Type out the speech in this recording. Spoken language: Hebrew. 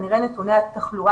קשיי